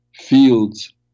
fields